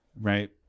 right